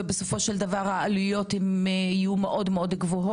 והעלויות בסופו של דבר יהיו מאוד גבוהות.